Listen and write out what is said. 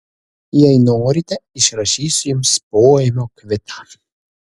jei norite išrašysiu jums poėmio kvitą